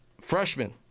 Freshman